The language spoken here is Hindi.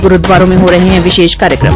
गुरूद्वारों में हो रहे है विशेष कार्यक्रम